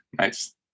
Nice